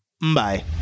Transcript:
Bye